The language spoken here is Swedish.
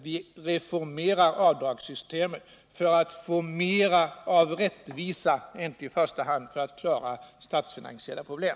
Vi reformerar avdragssystemet för att få mera rättvisa, inte i första hand för att klara våra statsfinansiella problem.